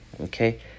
Okay